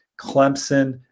Clemson